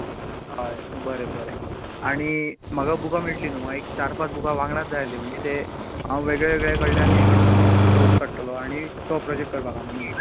हय बरें बरें आनी म्हाका बुकां मेळटलीं न्हूं म्हाका एक चार पांच बुकां वांगडाच जाय आसलीं म्हणजे तें हांव वेगळे वेगळे कडल्यान हें करतलों सोर्स काडटलो आनी तो प्रोजेक्ट